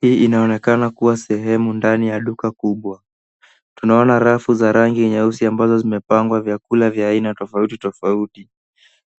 Hii inaonekana kuwa sehemu ndani ya duka kubwa. Tunaona rafu za rangi nyeusi ambazo zimepangwa vyakula vya aina tofautitofauti.